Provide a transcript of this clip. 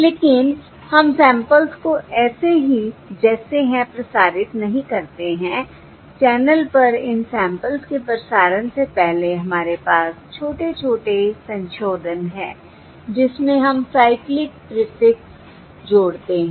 लेकिन हम सैंपल्स को ऐसे ही जैसे हैं प्रसारित नहीं करते हैं चैनल पर इन सैंपल्स के प्रसारण से पहले हमारे पास छोटे छोटे संशोधन हैं जिसमें हम साइक्लिक प्रीफिक्स जोड़ते हैं